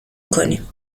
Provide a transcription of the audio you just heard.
میکنیم